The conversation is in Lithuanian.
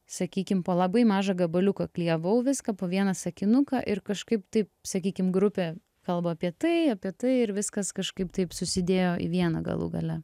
sakykim po labai mažą gabaliuką klijavau viską po vieną sakinuką ir kažkaip taip sakykim grupė kalba apie tai apie tai ir viskas kažkaip taip susidėjo į vieną galų gale